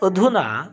अधुना